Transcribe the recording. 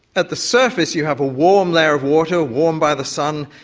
at the surface you have a warm layer of water, warmed by the sun,